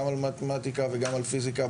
גם על מתמטיקה וגם על פיזיקה,